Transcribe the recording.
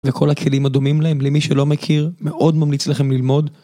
וכל הכלים הדומים להם, למי שלא מכיר, מאוד ממליץ לכם ללמוד.